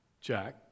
Jack